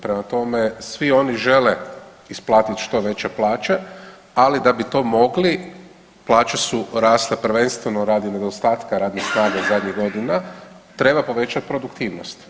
Prema tome, svi oni žele isplatiti što vele plaće, ali da bi to mogli plaće su rasle prvenstveno radi nedostatka radne snage zadnjih godinu dana treba povećati produktivnost.